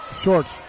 Shorts